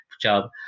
job